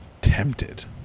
tempted